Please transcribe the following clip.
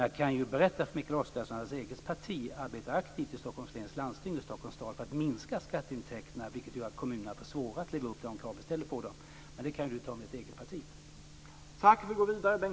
Jag kan berätta för Mikael Oscarsson att hans eget parti arbetar aktivt i Stockholms läns landsting och i Stockholms stad för att minska skatteintäkterna, vilket gör att landsting och kommun får svårare att leva upp till de krav vi ställer på dem. Men det kan Mikael Oscarsson ta med sitt eget parti.